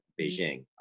Beijing